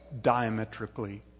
diametrically